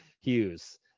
Hughes